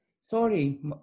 Sorry